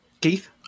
Keith